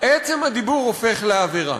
עצם הדיבור הופך לעבירה.